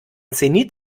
zenit